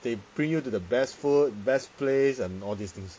they bring you to the best food best place and all these things